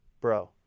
bro